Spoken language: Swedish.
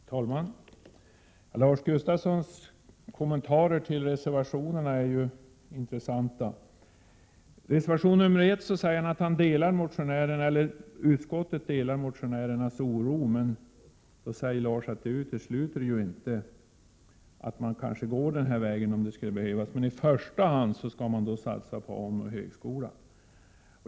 Herr talman! Lars Gustafssons kommentarer till reservationerna är 2 juni 1988 intressanta. När det gäller reservation nr 1 säger han att utskottet delar motionärernas oro och inte utesluter att man går den väg motionärerna föreslagit om det skulle behövas men att man i första hand skall satsa på AMU och högskola.